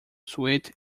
sweet